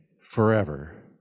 forever